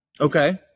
Okay